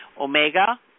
Omega